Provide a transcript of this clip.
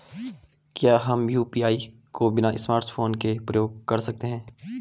क्या हम यु.पी.आई को बिना स्मार्टफ़ोन के प्रयोग कर सकते हैं?